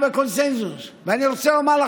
אדוני היושב-ראש,